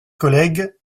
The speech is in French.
collègues